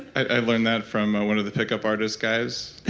i learned that from one of the pick-up artist guys.